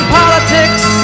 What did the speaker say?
politics